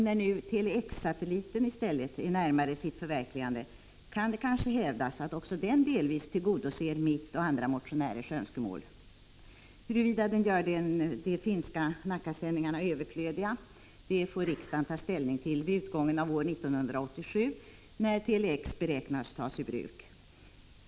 När nu Tele-X satelliten i stället är närmare sitt förverkligande kan kanske hävdas att också den delvis kan tillgodose mitt och andra motionärers önskemål. Huruvida den gör de finska Nackasändningarna överflödiga får riksdagen ta ställning till vid utgången av år 1987 när Tele-X beräknas tas i bruk.